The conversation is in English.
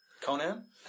Conan